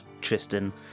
Tristan